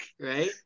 right